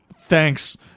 thanks